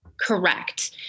correct